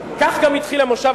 כך גם התחיל המושב,